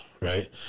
right